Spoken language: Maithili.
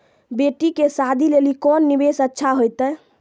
बेटी के शादी लेली कोंन निवेश अच्छा होइतै?